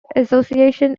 association